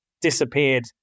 disappeared